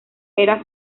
era